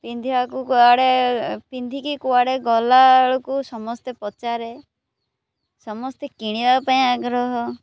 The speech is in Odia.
ପିନ୍ଧିବାକୁ କୁଆଡ଼େ ପିନ୍ଧିକି କୁଆଡ଼େ ଗଲାବେଳକୁ ସମସ୍ତେ ପଚାରେ ସମସ୍ତେ କିଣିବା ପାଇଁ ଆଗ୍ରହ